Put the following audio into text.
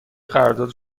قرارداد